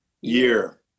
year